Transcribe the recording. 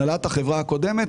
הנהלת החברה הקודמת,